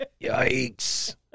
Yikes